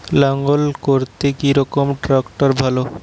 লাঙ্গল করতে কি রকম ট্রাকটার ভালো?